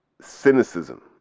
cynicism